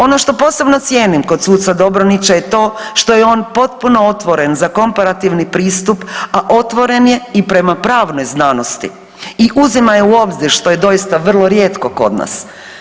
Ono što posebno cijenim kod suca Dobronića je to što je on potpuno otvoren za komparativni pristup, a otvorenje i prema pravnoj znanosti i uzimao je u obzir, što je doista vrlo rijetko kod nas.